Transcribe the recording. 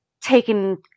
taken